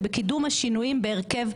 מה שברור גם,